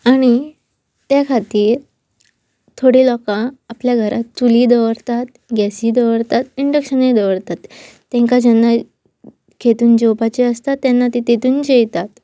आनी त्या खातीर थोडे लोकां आपल्या घरांत चुली दवरतात गॅसी दवरतात इंडक्शनीय दवरतात तेंकां जेन्ना खेतून जेवपाचे आसता तेन्ना ते तेतून जयतात